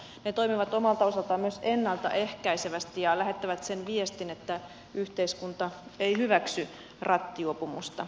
ne toimivat omalta osaltaan myös ennalta ehkäisevästi ja lähettävät sen viestin että yhteiskunta ei hyväksy rattijuopumusta